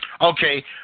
Okay